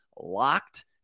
LOCKED